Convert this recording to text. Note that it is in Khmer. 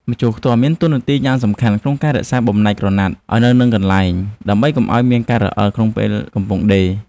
ម្ជុលខ្ទាស់មានតួនាទីយ៉ាងសំខាន់ក្នុងការរក្សាបំណែកក្រណាត់ឱ្យនៅនឹងកន្លែង ដើម្បីកុំឱ្យមានការរអិលក្នុងពេលកំពុងដេរ។